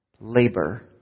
labor